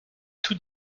tout